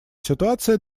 ситуация